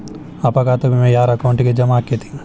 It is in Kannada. ಅಪಘಾತ ವಿಮೆ ಯಾರ್ ಅಕೌಂಟಿಗ್ ಜಮಾ ಆಕ್ಕತೇ?